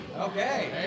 Okay